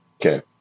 Okay